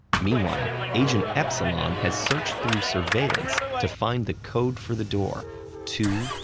meanwhile, agent epsilon has searched through surveillance to find the code for the door two,